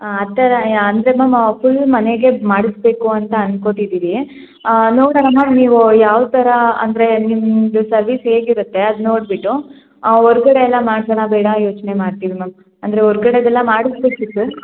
ಆ ಥರ ಅಂದರೆ ಮ್ಯಾಮ್ ಫುಲ್ ಮನೆಗೆ ಮಾಡಿಸಬೇಕು ಅಂತ ಅಂದ್ಕೊಳ್ತಿದ್ದೀವಿ ನೋಡೋಣ ಮ್ಯಾಮ್ ನೀವು ಯಾವ ಥರ ಅಂದರೆ ನಿಮ್ದು ಸರ್ವಿಸ್ ಹೇಗೆ ಇರುತ್ತೆ ಅದು ನೋಡಿಬಿಟ್ಟು ಹೊರ್ಗಡೆ ಎಲ್ಲ ಮಾಡ್ಸೋಣ ಬೇಡ ಯೋಚನೆ ಮಾಡ್ತೀವಿ ಮ್ಯಾಮ್ ಅಂದರೆ ಹೊರ್ಗಡೆದೆಲ್ಲ ಮಾಡಿಸ್ಬೇಕಿತ್ತು